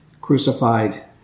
crucified